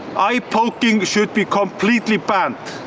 eye poking should be completely banned.